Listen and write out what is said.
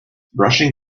brushing